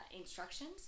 instructions